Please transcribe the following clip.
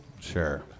Sure